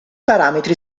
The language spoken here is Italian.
parametri